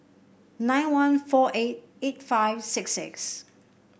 nine one four eight eight five six six